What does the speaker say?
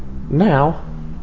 now